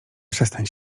przestań